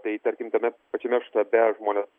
tai tarkim tame pačiame štabe žmonės